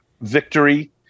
victory